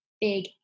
big